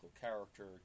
character